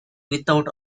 without